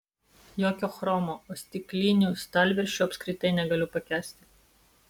jokio chromo o stiklinių stalviršių apskritai negaliu pakęsti